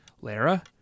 Lara